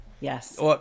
Yes